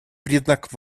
признак